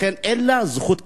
לכן אין לה זכות קיום,